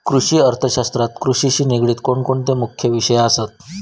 कृषि अर्थशास्त्रात कृषिशी निगडीत कोणकोणते मुख्य विषय असत?